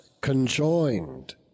conjoined